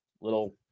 little